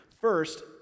First